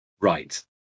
Right